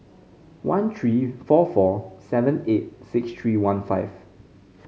one three four four seven eight six three one five